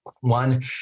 One